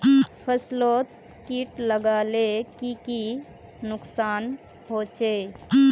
फसलोत किट लगाले की की नुकसान होचए?